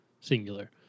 singular